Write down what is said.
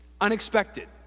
unexpected